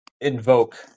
invoke